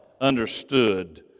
understood